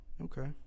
Okay